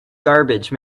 garbage